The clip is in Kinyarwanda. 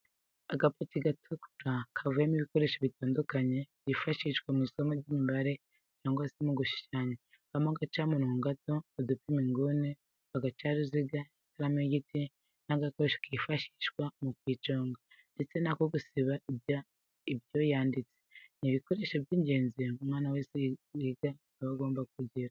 Agapaki gatukura kavuyemo ibikoresho bitandukanye byifashishwa mu isomo ry'imibare cyangwa se mu gushushanya habamo agacamurongo gato, udupima inguni, uducaruziga, ikaramu y'igiti n'agakoresho kifashishwa mu kuyiconga ndetse n'ako gusiba ibyo yanditse, ni ibikoresho by'ingenzi umwana wese wiga aba agomba kugira.